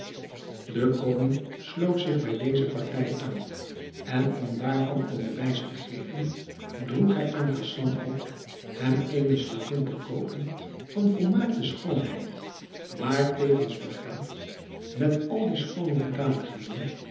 de koning sloot zich bij deze partij aan en om daarvan een bewijs te geven droeg hij aan khasan op hem eene slavin te koopen van volmaakte schoonheid maar tevens begaafd met al die schoone hoedanigheden